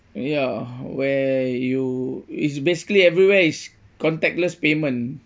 ya where you it's basically everywhere is contactless payment